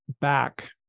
back